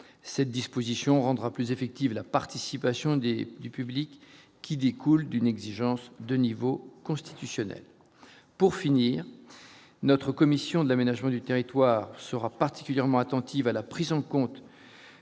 cette disposition rendra plus effective, la participation de du public qui découle d'une exigence de niveau constitutionnel pour finir notre commission de l'aménagement du territoire sera particulièrement attentive à la prise en compte